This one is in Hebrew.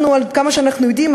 עד כמה שאנחנו יודעים,